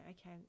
okay